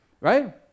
Right